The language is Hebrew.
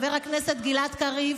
חבר הכנסת גלעד קריב,